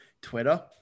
Twitter